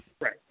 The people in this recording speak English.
Right